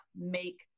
make